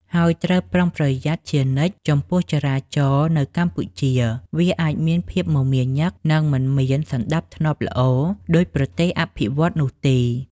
ហើយត្រូវប្រុងប្រយ័ត្នជានិច្ច ចំពោះចរាចរណ៍នៅកម្ពុជា វាអាចមានភាពមមាញឹកនិងមិនមានសណ្តាប់ធ្នាប់ល្អដូចប្រទេសអភិវឌ្ឍន៍នោះទេ។